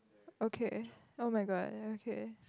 okay [oh]-my-god okay